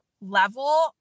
Level